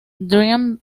dream